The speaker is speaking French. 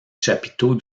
chapiteaux